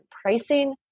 pricing